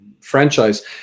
franchise